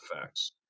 facts